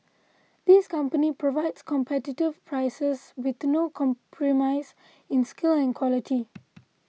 this company provides competitive prices with no compromise in skill and quality